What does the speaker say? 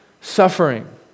suffering